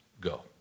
go